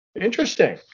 interesting